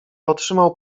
otrzymał